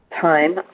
time